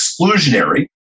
exclusionary